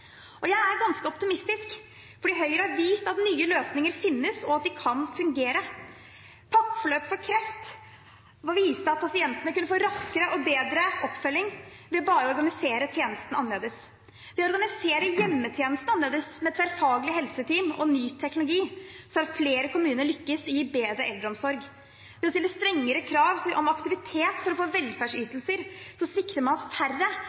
budsjettene. Jeg er ganske optimistisk, for Høyre har vist at nye løsninger finnes, og at de kan fungere. Pakkeforløpet for kreft viste at pasientene kunne få raskere og bedre oppfølging ved bare å organisere tjenesten annerledes. Ved å organisere hjemmetjenesten annerledes, med tverrfaglige helseteam og ny teknologi, vil flere kommuner lykkes bedre i eldreomsorgen. Ved å stille strengere krav om aktivitet for å få velferdsytelser sikrer man at færre